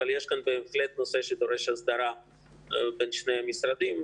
יש כאן בהחלט נושא שדורש הסדרה בין שני המשרדים,